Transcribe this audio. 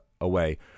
away